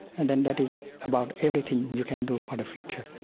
and then that is about everything you can do for the future.